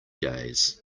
days